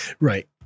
Right